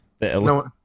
no